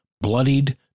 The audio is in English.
bloodied